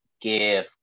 give